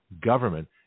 government